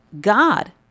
God